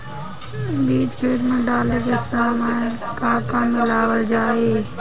बीज खेत मे डाले के सामय का का मिलावल जाई?